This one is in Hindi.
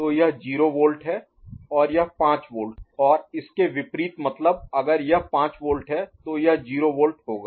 तो यह 0 वोल्ट है और यह 5 वोल्ट और इसके विपरीत मतलब अगर यह 5 वोल्ट है तो यह जीरो वोल्ट होगा